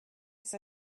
its